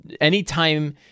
anytime